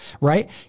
right